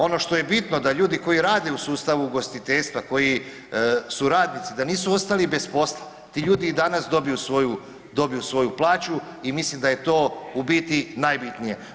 Ono što je bitno da ljudi koji rade u sustavu ugostiteljstva, koji su radnici, da nisu ostali bez posla, ti ljudi i danas dobiju svoju plaću i mislim da je to u biti najbitnije.